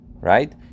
Right